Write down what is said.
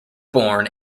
born